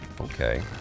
okay